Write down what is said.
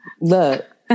look